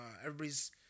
everybody's